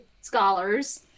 scholars